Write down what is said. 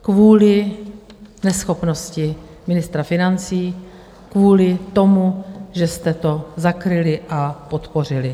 Kvůli neschopnosti ministra financí, kvůli tomu, že jste to zakryli a podpořili.